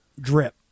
drip